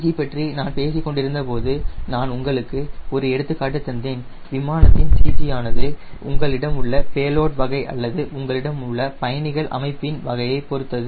CG பற்றி நான் பேசிக் கொண்டிருந்தபோது நான் உங்களுக்கு ஒரு எடுத்துக்காட்டு தந்தேன் விமானத்தின் CG ஆனது உங்களிடம் உள்ள பேலோட் வகை அல்லது உங்களிடம் உள்ள பயணிகள் அமைப்பின் வகையைப் பொறுத்தது